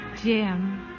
Jim